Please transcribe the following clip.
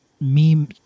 meme